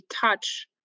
touch